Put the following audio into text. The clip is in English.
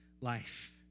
life